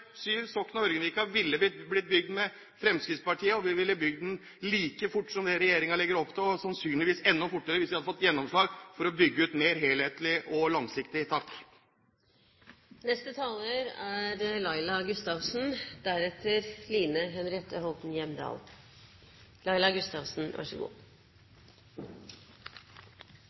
ville blitt bygd med Fremskrittspartiet, og vi ville bygd den like fort som det regjeringen legger opp til, sannsynligvis enda fortere, hvis vi hadde fått gjennomslag for å bygge ut mer helhetlig og langsiktlig. Dagen i dag er